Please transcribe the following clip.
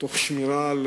תוך שמירה על